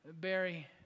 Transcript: Barry